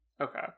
Okay